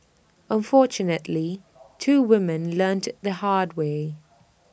unfortunately two women learnt IT the hard way